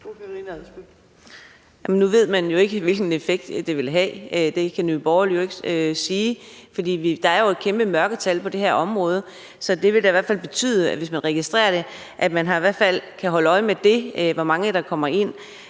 Nu ved man jo ikke, hvilken effekt det vil have. Det kan Nye Borgerlige jo ikke sige, for der er et kæmpe mørketal på det her område. Så det vil da i hvert fald betyde, at man, hvis man registrerer det, i hvert fald kan holde øje med det, i forhold til hvor mange der kommer ind.